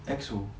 exo